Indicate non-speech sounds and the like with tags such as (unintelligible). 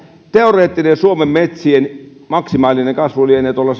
teoreettinen suomen metsien maksimaalinen kasvu lienee tuolla (unintelligible)